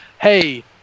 hey